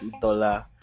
dollar